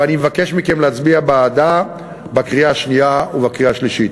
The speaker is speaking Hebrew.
ואני מבקש להצביע בעדה בקריאה השנייה ובקריאה השלישית.